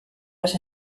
las